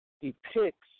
depicts